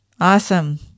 Awesome